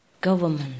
government